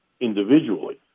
individually